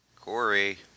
Corey